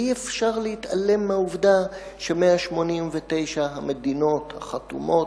אי-אפשר להתעלם מהעובדה ש-189 המדינות החתומות,